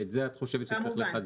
ואת זה את חושבת שצריך לחדד.